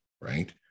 right